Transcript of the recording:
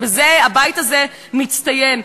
בזה הבית הזה מצטיין,